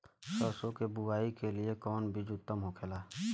सरसो के बुआई के लिए कवन बिज उत्तम होखेला?